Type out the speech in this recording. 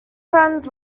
friends